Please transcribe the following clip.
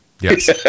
yes